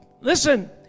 listen